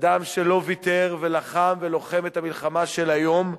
אדם שלא ויתר ולחם ולוחם את המלחמה של היום,